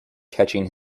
catching